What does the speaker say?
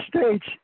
states